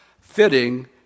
fitting